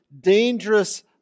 dangerous